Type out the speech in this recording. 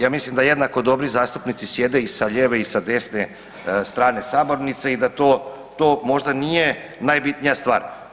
Ja mislim da jednako dobri zastupnici sjede i sa lijeve i sa desne strane sabornice i da to možda nije najbitnija stvar.